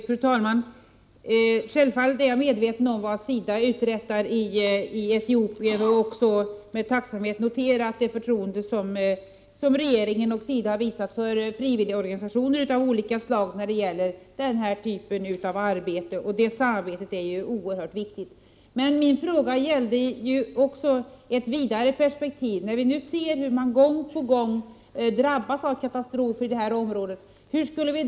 Fru talman! Jag är självfallet medveten om vad SIDA uträttar i Etiopien, och jag har med tacksamhet noterat det förtroende som regeringen och SIDA har visat för de olika frivilligorganisationerna när det gäller denna typ av arbete. Detta samarbete är oerhört viktigt. Min fråga gällde också ett vidare perspektiv. När vi nu ser hur detta område gång på gång drabbas av katastrofer, hur kan vi då utvidga samarbetet?